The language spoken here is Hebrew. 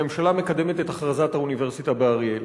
הממשלה מקדמת את הכרזת האוניברסיטה באריאל.